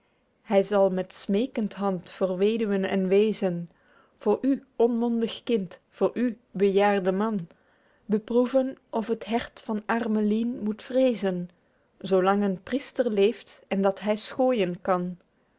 hy zal met smeekend hand voor weduwen en weezen voor u onmondig kind voor u bejaerde man beproeven of het hert van arme liên moet vreezen zoo lang een priester leeft en dat hy schooijen kan